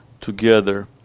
together